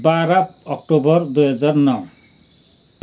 बाह्र अक्टोबर दुई हजार नौ